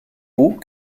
beau